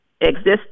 existing